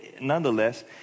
nonetheless